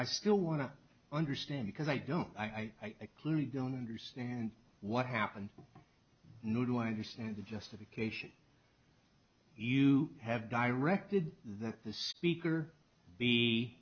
i still want to understand because i don't i clearly don't understand what happened nor do i understand the justification you have directed that the speaker be